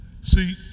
See